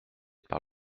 par